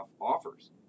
offers